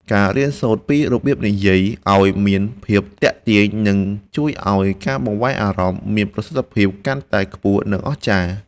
ការរៀនសូត្រពីរបៀបនិយាយឱ្យមានភាពទាក់ទាញនឹងជួយឱ្យការបង្វែរអារម្មណ៍មានប្រសិទ្ធភាពកាន់តែខ្ពស់ និង អស្ចារ្យ។